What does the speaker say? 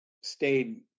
stayed